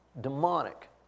demonic